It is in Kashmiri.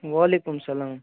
وعلیکُم اسلام